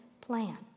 plan